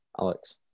Alex